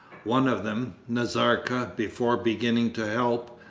one of them, nazarka, before beginning to help,